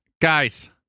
guys